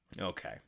Okay